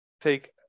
take